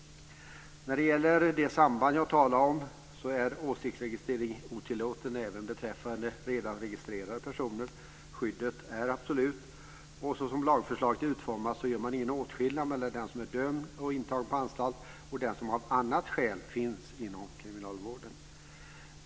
När det gäller det samband som jag talade om är åsiktsregistrering otillåten även beträffande redan registrerade personer. Skyddet är absolut. Så som lagförslaget är utformat görs ingen åtskillnad mellan den som är dömd och intagen på anstalt och den som av annat skäl finns inom kriminalvården.